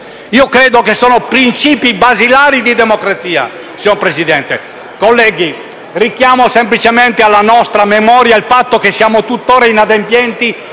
garantita. Sono principi basilari di democrazia, signor Presidente. Colleghi, richiamo alla nostra memoria il fatto che siamo tutt'ora inadempienti